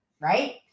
right